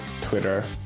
Twitter